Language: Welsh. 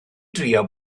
drio